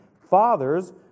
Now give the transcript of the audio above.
Fathers